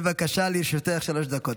בבקשה, לרשותך שלוש דקות.